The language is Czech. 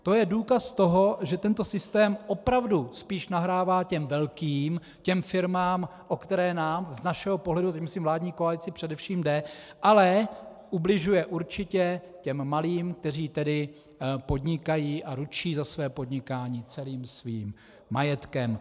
To je důkaz toho, že tento systém opravdu spíš nahrává těm velkým, těm firmám, o které nám z našeho pohledu, tím myslím vládní koalici, především jde, ale ubližuje určitě těm malým, kteří podnikají a ručí za své podnikání celým svým majetkem.